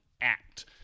act